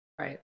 right